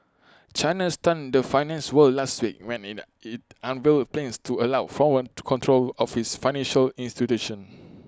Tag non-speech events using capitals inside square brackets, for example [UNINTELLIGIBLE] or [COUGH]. China stunned the finance world last week when IT in unveiled plans to allow foreign to control of its financial [UNINTELLIGIBLE]